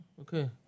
Okay